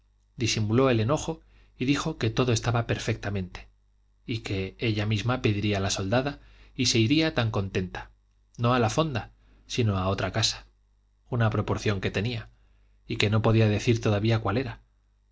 disimuló el enojo y dijo que todo estaba perfectamente y que ella misma pediría la soldada y se iría tan contenta no a la fonda sino a otra casa una proporción que tenía y que no podía decir todavía cuál era